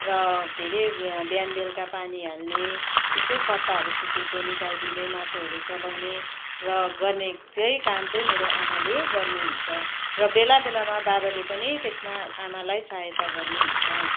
र के अरे बिहान बेलुका पानी हाल्ने यसो पत्ताहरू सुकेको निकालिदिने माटोहरू चलाउने र गर्ने चाहिँ काम चाहिँ मेरो आमाले गर्नुहुन्छ र बेला बेलामा बाबाले पनि त्यसमा आमालाई सहायता गर्नुहुन्छ